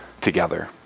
together